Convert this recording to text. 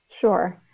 Sure